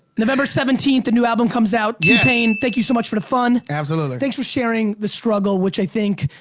november seventeenth the new album comes out. t-pain thank you so much for the fun. absolutely. thanks for sharing the struggle, which i think.